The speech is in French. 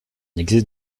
existe